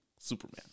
Superman